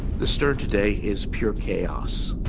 the stern today is pure chaos.